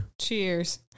Cheers